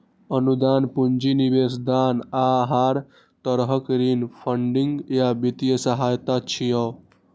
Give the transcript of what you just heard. अनुदान, पूंजी निवेश, दान आ हर तरहक ऋण फंडिंग या वित्तीय सहायता छियै